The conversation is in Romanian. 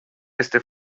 este